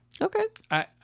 Okay